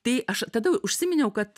tai aš tada užsiminiau kad